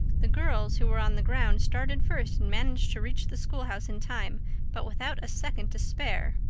the girls who were on the ground, started first and managed to reach the schoolhouse in time but without a second to spare.